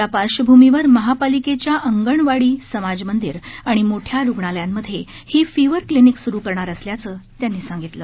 या पार्श्वभूमीवर महापालिकेच्या अंगणवाडी समाज मंदिर आणि मोठया रुग्णालयांमध्ये ही फिवर क्लीनिक सुरू करणार असल्यायं त्यांनी सांगितलं